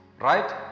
Right